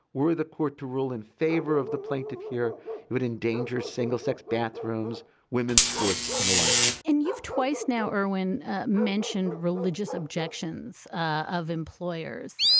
were the court to rule in favor of the plaintiff here it would endanger single sex bathrooms women's sports and the like and you've twice now irwin mentioned religious objections of employers.